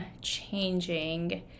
changing